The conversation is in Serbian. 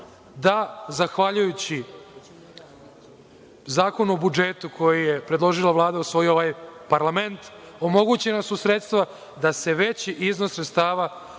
da zahvaljujući Zakonu o budžetu koji je predložila Vlada, a usvojio ovaj parlament, omogućena su sredstva da se veći iznos sredstava daje